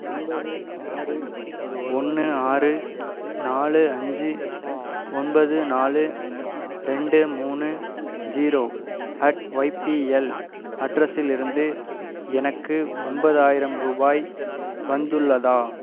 ஒன்பது ஆறு ஒன்று ஆறு நாலு அஞ்சு ஒன்பது நாலு ரெண்டு மூணு ஜீரோ அட் ஒய்பிஎல் அட்ரஸில் இருந்து எனக்கு ஒன்பதாயிரம் ரூபாய் வந்துள்ளதா